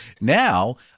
now